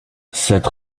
cette